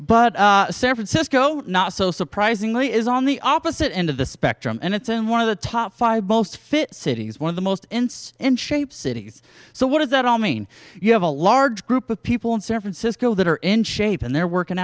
but san francisco not so surprisingly is on the opposite end of the spectrum and it's in one of the top five most fit cities one of the most insane in shape cities so what does that all mean you have a large group of people in san francisco that are in shape and they're working